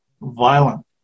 violent